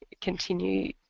continue